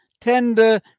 tender